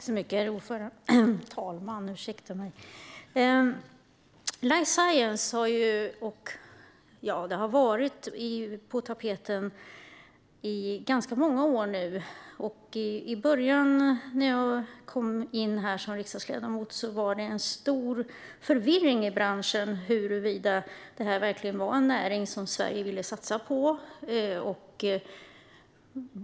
Herr talman! Life science har varit på tapeten i ganska många år nu. När jag blev riksdagsledamot rådde det stor förvirring i branschen om det var en näring som Sverige verkligen ville satsa på.